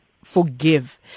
Forgive